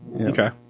Okay